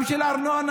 גם של הארנונה,